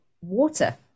water